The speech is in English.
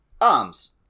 Arms